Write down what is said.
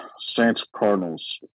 Saints-Cardinals